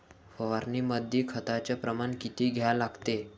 फवारनीमंदी खताचं प्रमान किती घ्या लागते?